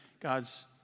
God's